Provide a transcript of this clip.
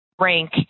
rank